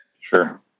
Sure